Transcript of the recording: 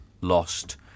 lost